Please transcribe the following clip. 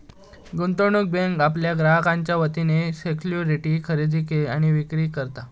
गुंतवणूक बँक आपल्या ग्राहकांच्या वतीन सिक्युरिटीज खरेदी आणि विक्री करता